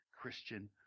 Christian